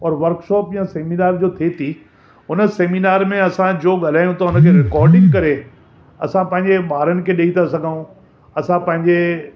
workshop जीअं seminar जो थिए थी उन सेमिनार में असांजो ॻाल्हाइण त हुनखे रिकार्डिंग करे असां पंहिंजे ॿारनि खे ॾेई था सघूं असां पंहिंजे